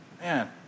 man